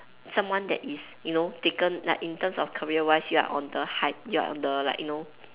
someone that is you know taken like in terms of career wise you are on the high you are on the like you know